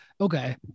Okay